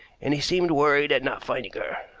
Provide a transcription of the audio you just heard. and he seemed worried at not finding her.